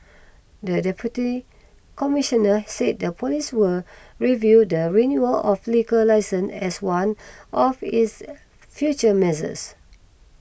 the Deputy Commissioner said the police will review the renewal of liquor licences as one of its future measures